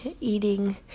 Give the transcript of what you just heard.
eating